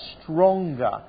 stronger